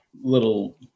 little